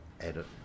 edit